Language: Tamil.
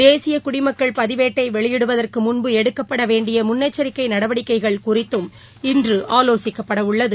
தேசிய குடிமக்கள் பதிவேட்டை வெளியிடுவதற்கு முன்பு எடுக்கப்பட வேண்டிய முன்னெச்சரிக்கை நடவடிக்கைகள் குறித்தும் இன்று ஆலோசிக்கப்படவுள்ளது